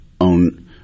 on